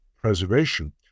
preservation